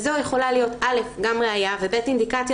וזו יכולה להיות גם ראיה וגם אינדיקציה